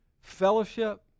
fellowship